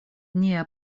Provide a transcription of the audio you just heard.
nia